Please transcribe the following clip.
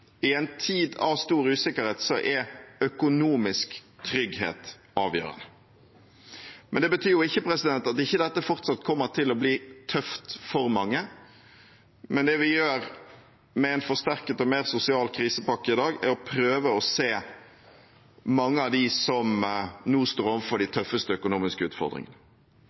I en tid med stor usikkerhet er økonomisk trygghet avgjørende. Det betyr ikke at ikke dette fortsatt kommer til å bli tøft for mange, men det vi gjør med en forsterket og mer sosial krisepakke i dag, er å prøve å se mange av dem som nå står overfor de tøffeste økonomiske utfordringene.